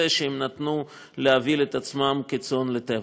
הוא שהם נתנו להוביל את עצמם כצאן לטבח.